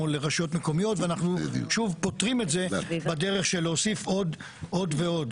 מול רשויות מקומיות ואנחנו שוב פותרים את זה בדרך של להוסיף עוד ועוד.